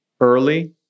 early